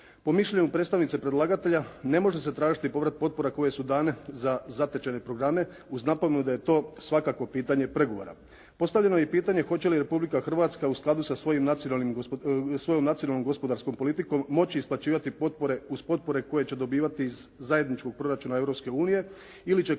Po mišljenju predstavnice predlagatelja ne može se tražiti povrat potpora koje su dane za zatečene programe uz napomenu da je to svakako pitanje pregovora. Postavljeno je i pitanje, hoće li Republika Hrvatska u skladu sa svojom nacionalnom gospodarskom politikom, moći isplaćivati potpore uz potpore koje će dobivati iz zajedničkog proračuna Europske unije ili